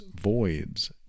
voids